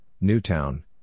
Newtown